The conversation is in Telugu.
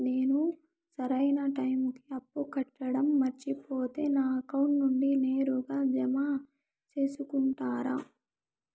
నేను సరైన టైముకి అప్పు కట్టడం మర్చిపోతే నా అకౌంట్ నుండి నేరుగా జామ సేసుకుంటారా?